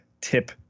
tip